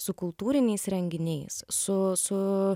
su kultūriniais renginiais su su